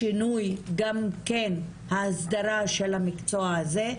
לשינוי גם כן ההסדרה של המקצוע הזה,